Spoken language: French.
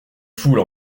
foules